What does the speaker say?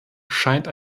scheint